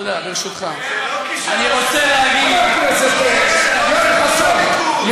חבר הכנסת יואל חסון,